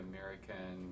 American